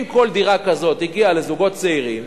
אם כל דירה כזאת הגיעה לזוגות צעירים,